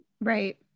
Right